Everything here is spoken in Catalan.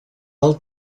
del